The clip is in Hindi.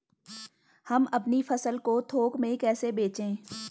हम अपनी फसल को थोक में कैसे बेचें?